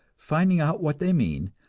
finding out what they mean,